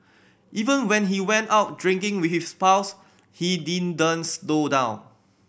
even when he went out drinking with his pals he didn't slow down